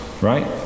right